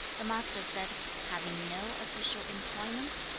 the master said, having no official employment,